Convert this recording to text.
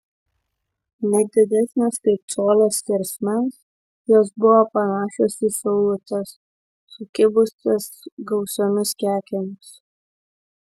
ne didesnės kaip colio skersmens jos buvo panašios į saulutes sukibusias gausiomis kekėmis